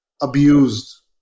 abused